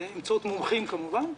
באמצעות מומחים כמובן,